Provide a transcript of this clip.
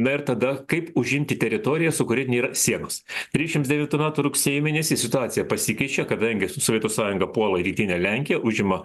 na ir tada kaip užimti teritoriją su kuria nėra sienos trisdešimt devintų metų rugsėjo mėnesį situacija pasikeičia kadangi sovietų sąjunga puola rytinę lenkiją užima